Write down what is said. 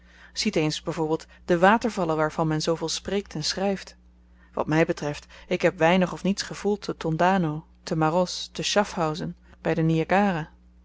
ziet eens by voorbeeld de watervallen waarvan men zooveel spreekt en schryft wat my betreft ik heb weinig of niets gevoeld te tondano te maros te schafhausen by den